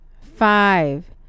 five